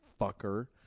fucker